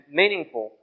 meaningful